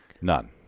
None